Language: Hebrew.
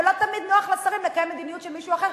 ולא תמיד נוח לשרים לקיים מדיניות של מישהו אחר,